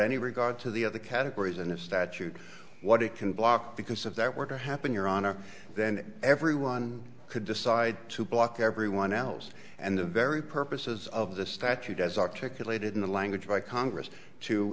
any regard to the other categories and the statute what it can block because of that were to happen your honor then everyone could decide to block everyone else and the very purposes of the statute as articulated in the language by congress to